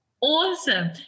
Awesome